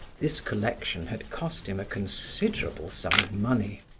this collection had cost him a considerable sum of money.